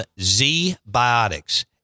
Z-Biotics